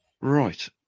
right